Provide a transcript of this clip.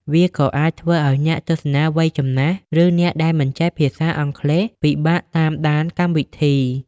វាក៏អាចធ្វើឱ្យអ្នកទស្សនាវ័យចំណាស់ ឬអ្នកដែលមិនចេះភាសាអង់គ្លេសពិបាកតាមដានកម្មវិធី។